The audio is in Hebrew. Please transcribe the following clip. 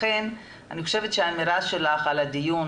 לכן אני חושבת שהאמירה שלך על הדיון